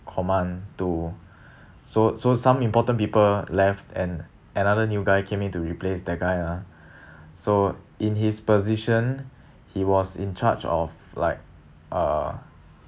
command to so so some important people left and another new guy came in to replace that guy ah so in his position he was in charge of like uh